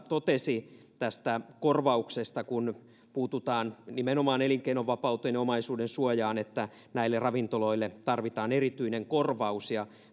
totesi tästä korvauksesta että kun puututaan nimenomaan elinkeinonvapauteen ja omaisuudensuojaan niin näille ravintoloille tarvitaan erityinen korvaus ja